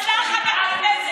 רק שנאת ישראל.